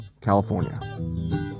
California